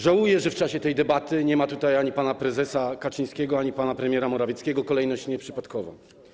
Żałuję, że w czasie tej debaty nie ma tutaj ani pana prezesa Kaczyńskiego, ani pana premiera Morawieckiego, kolejność nieprzypadkowa.